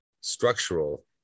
structural